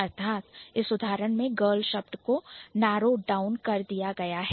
अर्थात इस उदाहरण में Girl शब्द को narrow down नारो डाउन कर दिया गया है